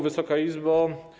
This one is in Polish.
Wysoka Izbo!